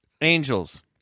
Angels